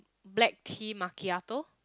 Black tea macchiato